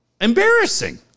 Embarrassing